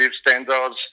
standards